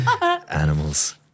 Animals